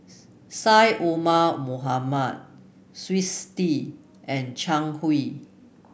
Syed Omar Mohamed Twisstii and Zhang Hui